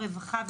הרווחה,